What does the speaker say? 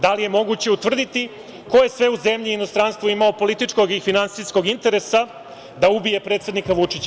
Da li je moguće utvrditi ko je sve u zemlji i inostranstvu imao političkog i finansijskog interesa da ubije predsednika Vučića?